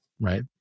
Right